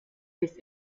biss